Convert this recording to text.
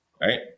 right